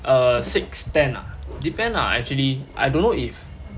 err six ten ah depend lah actually I don't know if